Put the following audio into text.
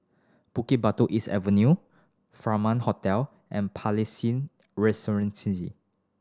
Bukit Batok East Avenue Furaman Hotel and Palais